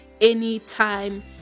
anytime